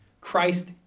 Christ